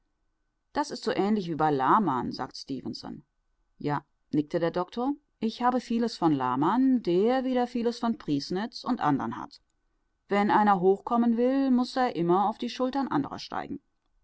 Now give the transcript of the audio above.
das ist so ähnlich wie bei lahmann sagt stefenson ja nickte der doktor ich habe vieles von lahmann der wieder vieles von prießnitz und anderen hat wenn einer hochkommen will muß er immer auf die schultern anderer steigen